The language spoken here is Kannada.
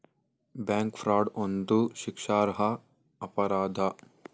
ಬ್ಯಾಂಕ್ ಫ್ರಾಡ್ ಒಂದು ಶಿಕ್ಷಾರ್ಹ ಅಪರಾಧ